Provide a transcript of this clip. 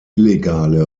illegale